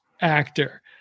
actor